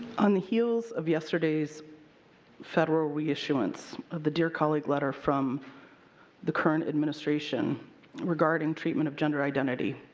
on the heels of yesterday's federal reissuance of the dear colleague letter from the current administration regarding treatment of jentder identity,